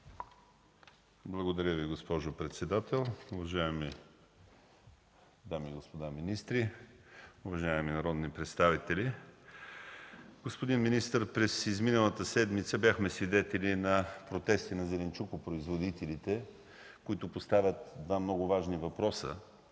Благодаря Ви, госпожо председател. Уважаеми дами и господа министри! Уважаеми народни представители! Господин министър, през изминалата седмица бяхме свидетели на протести на зеленчукопроизводителите, които поставят два много важни въпроса,